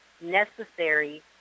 necessary